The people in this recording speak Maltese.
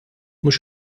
mhux